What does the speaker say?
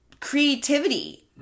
creativity